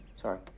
Sorry